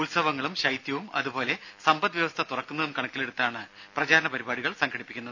ഉത്സവങ്ങളും ശൈത്യവും അതുപോലെ സമ്പദ് വ്യവസ്ഥ തുറക്കുന്നതും കണക്കിലെടുത്താണ് പ്രചാരണ പരിപാടികൾ സംഘടിപ്പിക്കുന്നത്